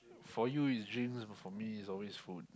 for me is drink for me is always food